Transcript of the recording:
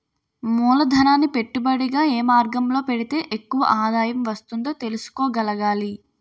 మూలధనాన్ని పెట్టుబడిగా ఏ మార్గంలో పెడితే ఎక్కువ ఆదాయం వస్తుందో తెలుసుకోగలగాలి